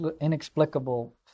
inexplicable